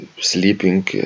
sleeping